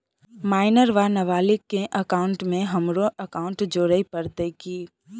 Minor वा नबालिग केँ एकाउंटमे हमरो एकाउन्ट जोड़य पड़त की?